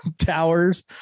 towers